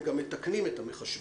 הם גם מתקנים את המחשבים.